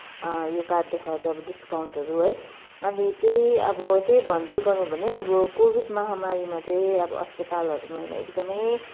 यो कार्ड देखाएर चाहिँ अब डिस्काउन्टहरू है अनि त्यही अब त्यही भन्दै गर्नु भने अब कोभिड महामारीमा चाहिँ अब अस्पतालहरूमा एकदमै